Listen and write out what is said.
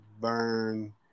burn